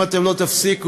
אם אתם לא תפסיקו,